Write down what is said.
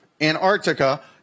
Antarctica